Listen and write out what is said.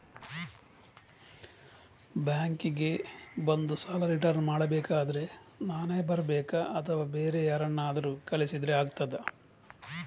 Bank ಗೆ ಬಂದು ಸಾಲ ರಿಟರ್ನ್ ಮಾಡುದಾದ್ರೆ ನಾವೇ ಬರ್ಬೇಕಾ ಅಥವಾ ಬೇರೆ ಯಾರನ್ನಾದ್ರೂ ಕಳಿಸಿದ್ರೆ ಆಗ್ತದಾ?